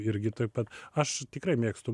irgi tuoj pat aš tikrai mėgstu